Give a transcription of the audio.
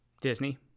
Disney